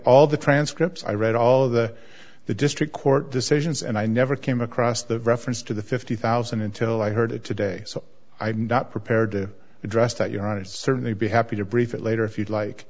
all the transcripts i read all of the the district court decisions and i never came across the reference to the fifty thousand until i heard it today so i'm not prepared to address that your honor certainly be happy to brief it later if you'd like